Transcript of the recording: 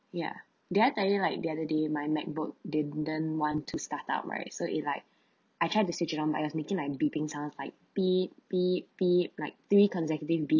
ya did I tell you like the other day my MacBook didn't want to start up right so it like I tried to switch it on but it was making like a beeping sounds like beep beep beep like three consecutive beep